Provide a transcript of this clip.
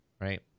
right